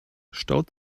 staut